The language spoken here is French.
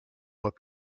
mois